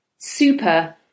super